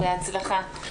בהצלחה.